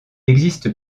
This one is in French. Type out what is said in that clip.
existe